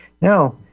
Now